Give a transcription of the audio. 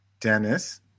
Dennis